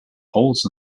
holes